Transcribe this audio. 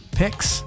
picks